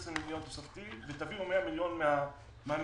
מיליון תוספתי ותביאו 100 מיליון מהמשרדים.